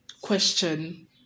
question